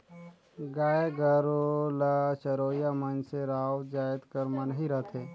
गाय गरू ल चरोइया मइनसे राउत जाएत कर मन ही रहथें